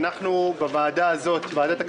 אנחנו, בוועדה הזאת, ועדת הכספים,